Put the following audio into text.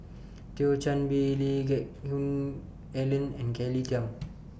Thio Chan Bee Lee Geck Hoon Ellen and Kelly Tang